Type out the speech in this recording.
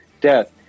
death